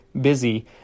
busy